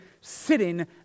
sitting